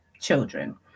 children